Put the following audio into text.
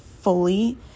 fully